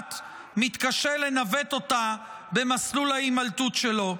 המושחת מתקשה לנווט אותה במסלול ההימלטות שלו.